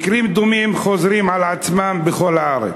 מקרים דומים חוזרים על עצמם בכל הארץ.